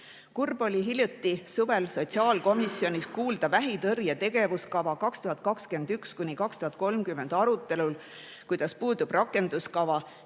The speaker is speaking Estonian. Kurb oli hiljuti, suvel, sotsiaalkomisjonis kuulda vähitõrje tegevuskava 2021–2030 arutelul, kuidas puudub rakenduskava.